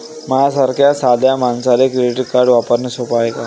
माह्या सारख्या साध्या मानसाले क्रेडिट कार्ड वापरने सोपं हाय का?